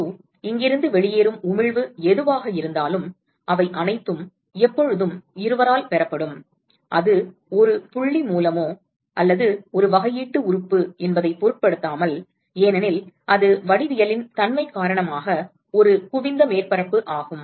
F12 இங்கிருந்து வெளியேறும் உமிழ்வு எதுவாக இருந்தாலும் அவை அனைத்தும் எப்பொழுதும் இருவரால் பெறப்படும் அது ஒரு புள்ளி மூலமோ அல்லது ஒரு வகையீட்டு உறுப்பு என்பதைப் பொருட்படுத்தாமல் ஏனெனில் அது வடிவியலின் தன்மை காரணமாக ஒரு குவிந்த மேற்பரப்பு ஆகும்